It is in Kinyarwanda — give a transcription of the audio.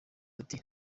ati